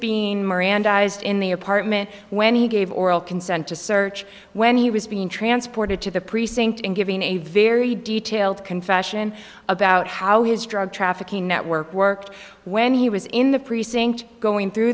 being mirandized in the apartment when he gave oral consent to search when he was being transported to the precinct and giving a very detailed confession about how his drug trafficking network worked when he was in the precinct going through